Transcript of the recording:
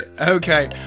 Okay